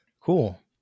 Cool